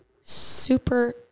super